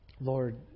Lord